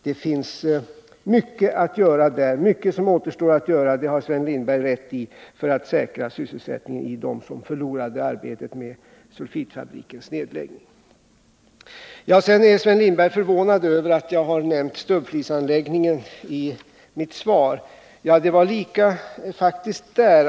Det finns mycket som återstår att göra där — det har Sven Lindberg rätt i — för att sä arbetet genom sulfitfabrikens nedläggning. ra sysselsättningen för dem som förlorat Sven Lindberg är förvånad över att jag har nämnt stubbflisanläggningen i mitt svar. Ja, det var faktiskt samma sak där.